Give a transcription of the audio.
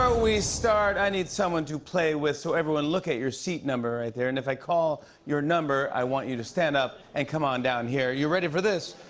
ah we start, i need someone to play with. so, everyone, look at your seat number right there, and if i call your number, i want you to stand up and come on down here. you ready for this?